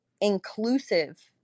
inclusive